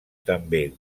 també